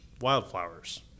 wildflowers